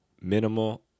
minimal